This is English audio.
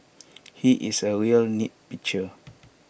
he is A real nitpicker